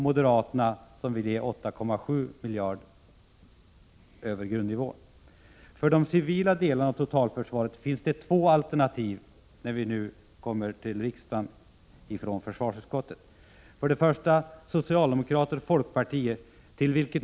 Moderaterna föreslår 8,7 miljarder över grundnivån. För de civila delarna av totalförsvaret finns det två alternativa förslag till riksdagen i försvarsutskottet: 2.